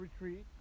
retreat